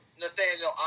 Nathaniel